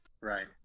Right